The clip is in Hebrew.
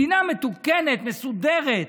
מדינה מתוקנת, מסודרת,